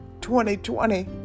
2020